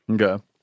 Okay